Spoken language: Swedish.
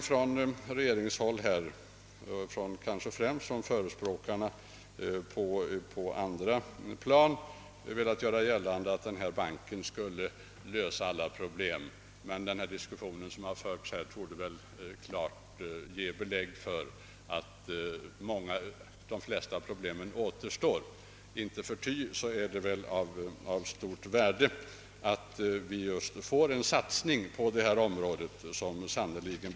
Från regeringshåll, kanske framför allt dock från andra inom regeringspartiet, har man velat göra gällande att banken skulle lösa alla problem. Den diskussion som förts torde dock ge belägg för att de flesta problemen återstår. Icke förty är det av stort värde att vi får en satsning som sannerligen.